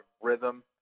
rhythm